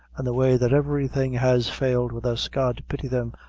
and the way that everything has failed with us. god pity them,